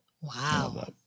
Wow